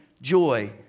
joy